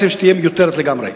שתהיה מיותרת לגמרי.